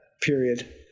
period